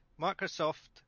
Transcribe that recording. Microsoft